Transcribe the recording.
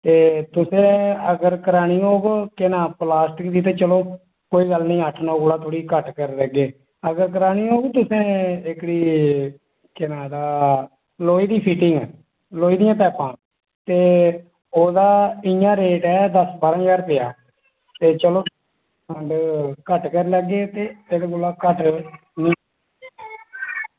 ते तुसें अगर करानी होग प्लॉस्टिक दी ते चलो ते कोई गल्ल निं अट्ठ नौ कोला घट्ट करी लैगे अगर करानी होग तुसें एह्कड़ी केह् नांऽ एह्दा लोहे दी फिटिंग लोहे दियां पाइपां ते ओह्दा इ'यां रेट ऐ दस्स बारां ज्हार रपेआ ते चलो घट्ट करी लैगे ते एह्दे कोला घट्ट